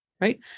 right